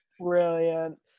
brilliant